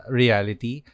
reality